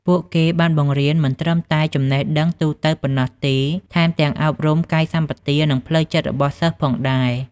ពួកគេបានបង្រៀនមិនត្រឹមតែចំណេះដឹងទូទៅប៉ុណ្ណោះទេ ថែមទាំងអប់រំកាយសម្បទា និងផ្លូវចិត្តរបស់សិស្សផងដែរ។